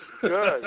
good